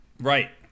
Right